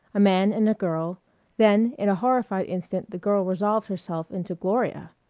a man and a girl then in a horrified instant the girl resolved herself into gloria.